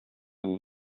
vous